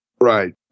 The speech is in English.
Right